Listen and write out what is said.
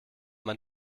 man